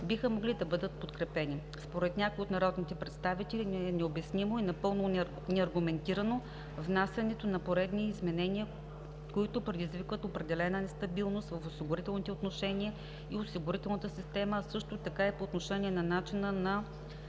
биха могли да бъдат подкрепени. Според някои от народните представители е необяснимо и напълно неаргументирано внасянето на поредни изменения, които предизвикват определена нестабилност в осигурителните отношения и осигурителната система, а също така и по отношение на начина на